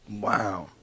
Wow